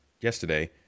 yesterday